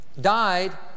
died